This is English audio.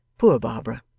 poor barbara!